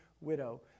widow